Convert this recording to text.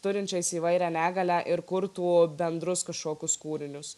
turinčiais įvairią negalią ir kurtų bendrus kažkokius kūrinius